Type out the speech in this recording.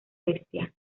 bestia